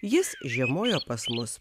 jis žiemojo pas mus